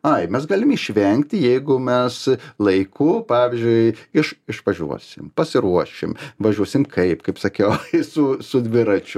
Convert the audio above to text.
ai mes galim išvengti jeigu mes laiku pavyzdžiui iš išvažiuosim pasiruošim važiuosim kaip kaip sakiau su su dviračiu